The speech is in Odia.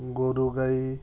ଗୋରୁ ଗାଈ